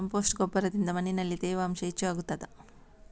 Compost ಗೊಬ್ಬರದಿಂದ ಮಣ್ಣಿನಲ್ಲಿ ತೇವಾಂಶ ಹೆಚ್ಚು ಆಗುತ್ತದಾ?